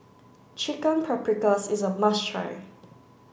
Chicken Paprikas is a must try